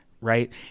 Right